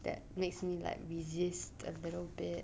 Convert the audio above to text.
that makes me like resist a little bit